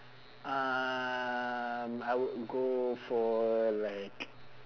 um I would go for like